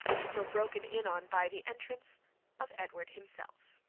till broken in on by the entrance of edward himself.